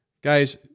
Guys